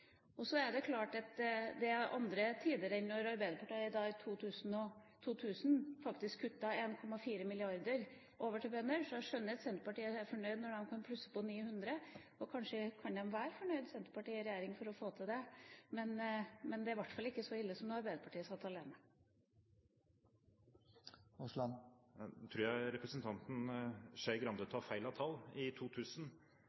bøndene, så jeg skjønner at Senterpartiet er fornøyd når de kan plusse på 900 mill. kr. Kanskje kan Senterpartiet i regjering være fornøyd med å få til det, men det er i hvert fall ikke så ille som da Arbeiderpartiet satt alene. Nå tror jeg representanten Skei Grande